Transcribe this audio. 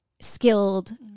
skilled